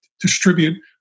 distribute